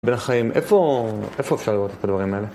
בן החיים, איפה אפשר לראות את הדברים האלה?